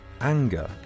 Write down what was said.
Anger